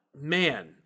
Man